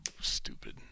stupid